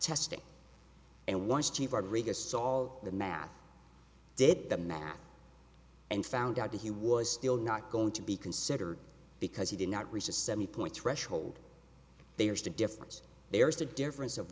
saw all the math did the math and found out that he was still not going to be considered because he did not resist seventy point threshold there's a difference there's a difference of